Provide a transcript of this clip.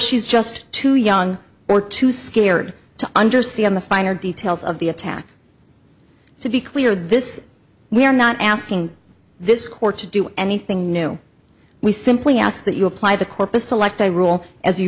she's just too young or too scared to understand the finer details of the attack to be clear this we are not asking this court to do anything no we simply ask that you apply the corpus to elect a rule as